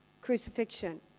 crucifixion